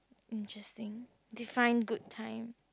interesting define good time